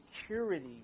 security